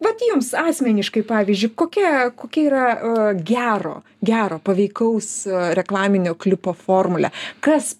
vat jums asmeniškai pavyzdžiui kokie kokie yra gero gero paveikaus reklaminio klipo formulė kas